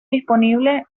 disponible